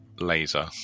laser